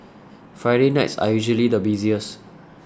Friday nights are usually the busiest